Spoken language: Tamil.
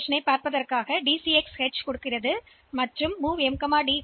எக்ஸ் எச் ஒரு நிலைக்குத் திரும்பிச் செல்கிறது பின்னர் எம்ஓவி எம் டி